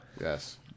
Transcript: yes